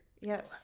Yes